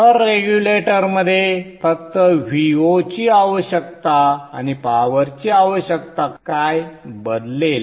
तर रेग्युलेटरमध्ये फक्त Vo ची आवश्यकता आणि पॉवरची आवश्यकता काय बदलेल